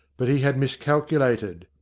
but he had miscalculated.